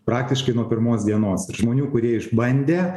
praktiškai nuo pirmos dienos žmonių kurie išbandė